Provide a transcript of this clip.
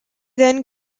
then